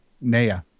Naya